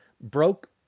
broke